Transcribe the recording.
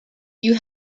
you